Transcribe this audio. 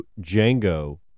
Django